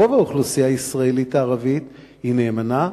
רוב האוכלוסייה הישראלית הערבית היא נאמנה,